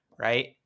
right